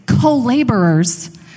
co-laborers